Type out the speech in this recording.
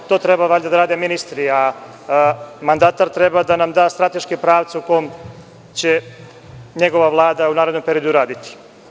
To valjda treba da rade ministri, a mandatar treba da nam da strateške pravce u kojima će njegova Vlada u narednom periodu raditi.